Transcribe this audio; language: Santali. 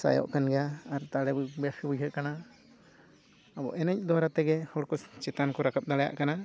ᱥᱟᱦᱟᱭᱚᱜ ᱠᱟᱱ ᱜᱮᱭᱟ ᱫᱟᱲᱮ ᱵᱮᱥ ᱜᱮ ᱵᱩᱡᱷᱟᱹᱜ ᱠᱟᱱᱟ ᱟᱵᱚ ᱮᱱᱮᱡ ᱫᱟᱨᱟᱭ ᱛᱮᱜᱮ ᱦᱚᱲ ᱠᱚ ᱪᱮᱛᱟᱱ ᱠᱚ ᱨᱟᱠᱟᱵ ᱫᱟᱲᱮᱭᱟᱜ ᱠᱟᱱᱟ